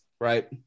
right